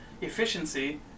efficiency